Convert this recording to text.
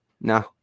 No